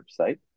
website